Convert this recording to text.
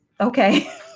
Okay